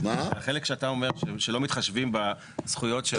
החלק שאתה אומר שלא מתחשבים בזכויות.